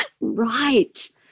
Right